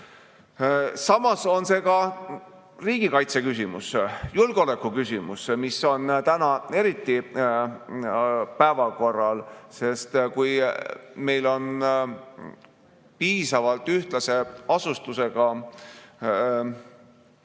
Samas on see riigikaitse küsimus, julgeoleku küsimus, mis on täna eriti päevakorral, sest kui meil on riik piisavalt ühtlase asustusega